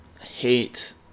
hate